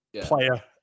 player